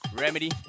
Remedy